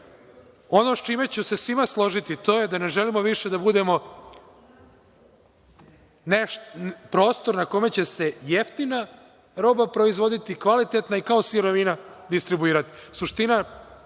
sa čime ću se sa svima složiti, to je da ne želimo više da budemo prostor na kome će se jeftina roba proizvoditi kvalitetna i kao sirovina distribuirati.